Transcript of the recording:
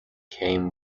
came